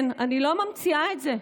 כן, אני לא ממציאה את זה.